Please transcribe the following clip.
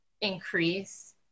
increase